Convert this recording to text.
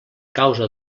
causa